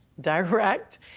direct